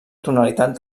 tonalitat